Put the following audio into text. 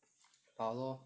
跑 lor